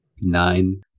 nine